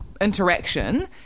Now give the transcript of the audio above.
interaction